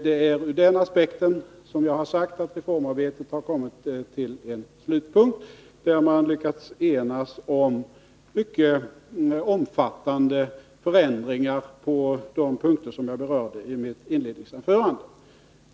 Det är ur den aspekten som jag har sagt att reformarbetet har kommit till en slutpunkt, där man lyckats ena sig om mycket omfattande förändringar på de punkter som jag berörde i mitt inledningsanförande.